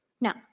Now